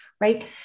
Right